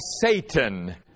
Satan